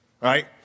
right